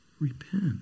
Repent